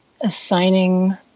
assigning